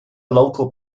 local